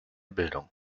bildung